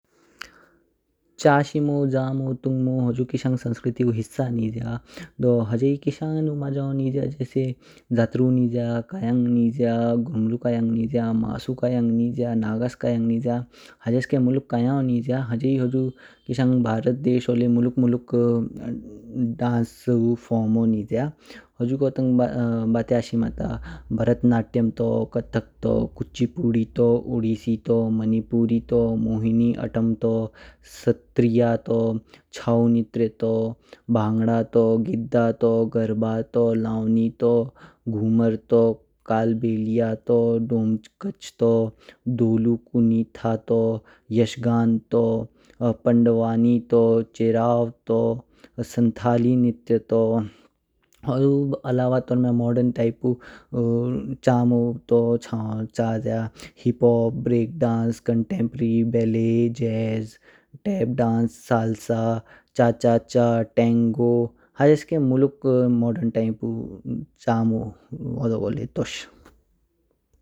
चाशिमो, जामो, तुंगमो हुजु किषंग संस्कृतु हिस्सा निज्या। दउ ह्जेहि किस्नु मजनो निज्या जातरु निज्या, कायंग निज्या, ग्रुमलुकायंग निज्या, मासु कायंग निज्या, नगस कायंग निज्या, ह्जेस्के मुलुक कायानो निज्या। ह्जे ही हुजी किषंग भारत देशो लीय मुलुक मुल्क आ डांस ऊ फॉर्म निज्या। हुजुगो बत्याशिमा ता बार्त नाट्यम तऊ, कथक तऊ, कुची पुढ़ी तऊ उड्डिसी तऊ, मणिपुरी तऊ, मोहिनी अटंप तऊ, स्त्रिया तऊ, चाओ नित्र्य तऊ, बांगड़ा तऊ, गीडा तऊ, गर्बा तऊ, लावनी तऊ, घूमर तऊ, कळ बेलिया तऊ, डोंग बेगच तऊ, डोलु कुनिता तऊ, यश गान तऊ, पांडवानी तऊ, चिरव तऊ, संतलिन नृत्य तऊ, हुडु अलावा तोर्म्या मोर्डन टाइप ऊ चामो तऊ चानू चा जया hip hop, break dance, contemporary, ballet, jazz, tap dance, salsa, cha cha cha, tango ह्जेस्के मुलुक मोर्डन टाइप ऊ चामो तोश।